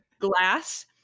glass